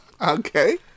Okay